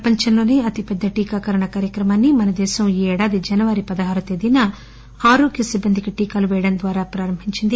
ప్రపంచంలోనే అతి పెద్ద టీకా కరణ కార్యక్రమాన్ని మనదేశం ఈ ఏడాది జనవరి పదహారువ తేదీన ఆరోగ్య సిబ్బందికి టీకాలు పేయడం ద్వారా ప్రారంభించింది